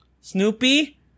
Snoopy